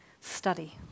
study